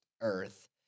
earth